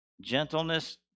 Gentleness